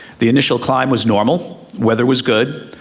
the initial climb was normal, weather was good.